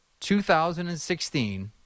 2016